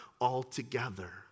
altogether